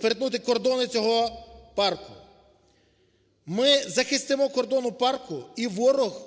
перетнути кордони цього парку. Ми захистимо кордони парку і ворог